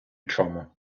чому